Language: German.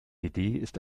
ist